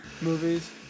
movies